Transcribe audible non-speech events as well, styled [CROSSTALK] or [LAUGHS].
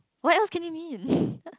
what else can it mean [LAUGHS]